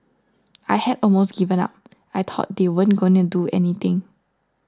I had almost given up I thought they weren't going to do anything